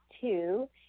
two